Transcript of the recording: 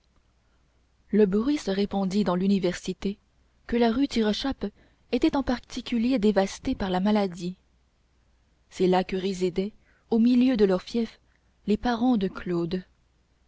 le bruit se répandit dans l'université que la rue tirechappe était en particulier dévastée par la maladie c'est là que résidaient au milieu de leur fief les parents de claude